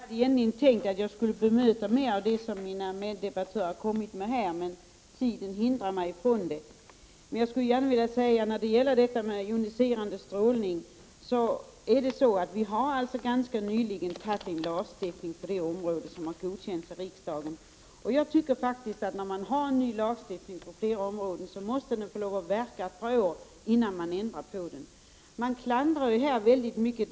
Fru talman! Jag hade egentligen tänkt bemöta mer av det som mina meddebattörer framförde, men tiden räcker inte till. När det gäller den joniserande strålningen har nyligen en ny lagstiftning på det området antagits som har godkänts av riksdagen, och den måste få verka ett par år innan den ändras. Den nuvarande miljölagstiftningen klandras väldigt ofta.